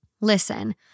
Listen